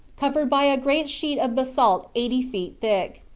covered by a great sheet of basalt eighty feet thick.